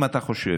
אם אתה חושב